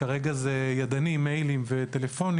כרגע זה ידני עם מיילים וטלפונים